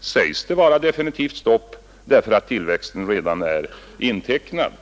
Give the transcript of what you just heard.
säger man från regeringens sida stopp, därför att tillväxten redan är intecknad.